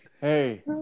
Hey